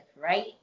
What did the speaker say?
right